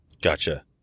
Gotcha